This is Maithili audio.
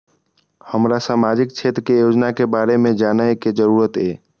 हमरा सामाजिक क्षेत्र के योजना के बारे में जानय के जरुरत ये?